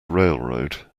railroad